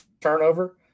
turnover